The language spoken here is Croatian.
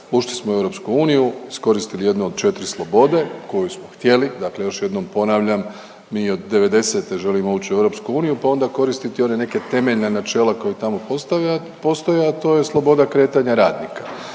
ušli smo u EU, iskoristili jednu od 4 slobode koju smo htjeli, dakle još jednom ponavljam, mi od '90.-te želimo ući u EU, pa onda koristiti one neke temeljna načela koja tamo postoje, a to je sloboda kretanja radnika.